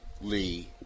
Lee